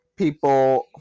people